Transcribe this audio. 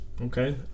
Okay